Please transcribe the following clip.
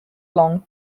long